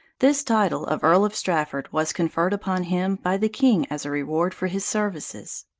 this title of earl of strafford was conferred upon him by the king as a reward for his services.